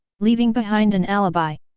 leaving behind an alibi.